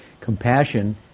Compassion